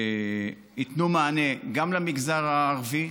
ייתנו מענה גם למגזר הערבי,